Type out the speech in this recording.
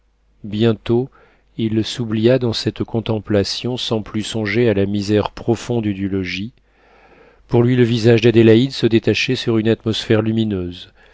bientôt il s'oublia dans cette contemplation sans plus songer à la misère profonde du logis pour lui le visage d'adélaïde se détachait sur une atmosphère lumineuse